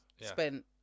spent